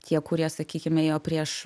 tie kurie sakykim ėjo prieš